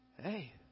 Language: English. Hey